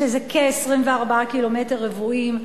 שזה כ-24 קילומטרים רבועים,